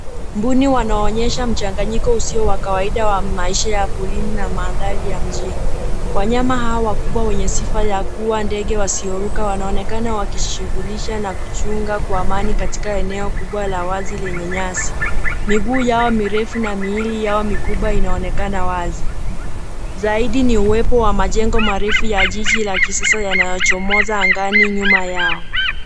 Mbuni wanaoyesha mchanganyiko usio wa kawaida wa maisha ya porini na madhari ya mjini. Wanyama hao wakubwa wenye sifa ya kua ndege wasioruka wanaonekana wakijishugulisha na kujiunga kwa amani katika eneo kubwa la wazi lenye nyasi, miguu yao mirefu na miili yao mikubwa inaonekana wazi, zaidi ni uwepo wa majengo marefu ya jiji la kisasa yanayochomoza angani nyuma yao.